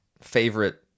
favorite